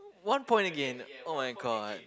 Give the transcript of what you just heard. one point again oh my god